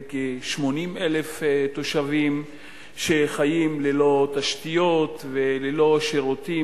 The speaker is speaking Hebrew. עם כ-80,000 תושבים שחיים ללא תשתיות וללא שירותים,